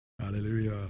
Hallelujah